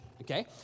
Okay